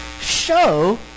show